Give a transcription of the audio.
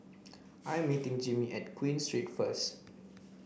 I am meeting Jimmie at Queen Street first